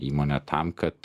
įmonę tam kad